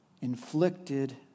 inflicted